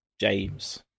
James